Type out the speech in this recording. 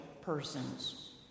persons